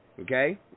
Okay